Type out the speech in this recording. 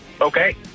Okay